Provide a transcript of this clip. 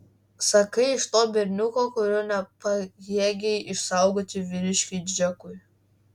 sakai iš to berniuko kurio nepajėgei išsaugoti vyriškiui džekui